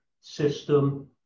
system